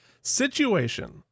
situation